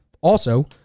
also-